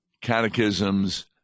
catechisms